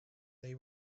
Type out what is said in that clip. they